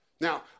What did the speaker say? Now